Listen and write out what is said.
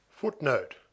Footnote